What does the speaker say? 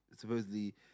supposedly